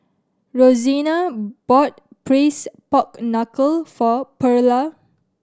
Rosena bought Braised Pork Knuckle for Pearla